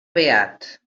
beat